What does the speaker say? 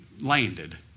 landed